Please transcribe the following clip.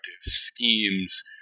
schemes